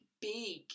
big